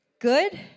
Good